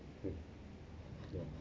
mm ya